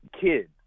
kid